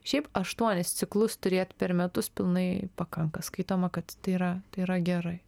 šiaip aštuonis ciklus turėt per metus pilnai pakanka skaitoma kad tai yra tai yra gerai